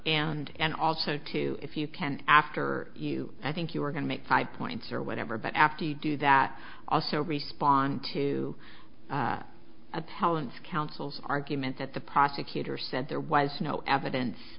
and and also to if you can after you i think you are going to make five points or whatever but after you do that also respond to a talent's council's argument that the prosecutor said there was no evidence